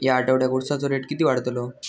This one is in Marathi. या आठवड्याक उसाचो रेट किती वाढतलो?